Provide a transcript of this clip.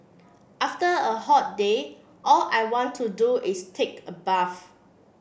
after a hot day all I want to do is take a bath